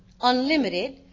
unlimited